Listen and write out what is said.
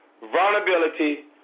vulnerability